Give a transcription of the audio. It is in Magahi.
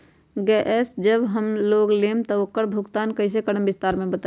गैस जब हम लोग लेम त उकर भुगतान कइसे करम विस्तार मे बताई?